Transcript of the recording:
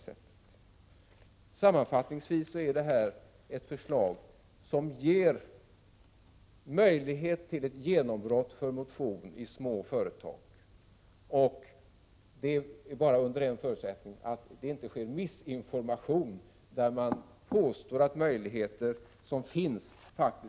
Sammanfattningsvis ger detta förslag möjlighet till ett genombrott för motion i små företag. Förutsättningen är dock att det inte sker felinformation — Prot. 1987/88:46 där det påstås att möjligheter som finns inte skulle finnas.